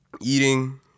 eating